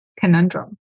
conundrum